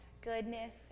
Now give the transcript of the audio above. goodness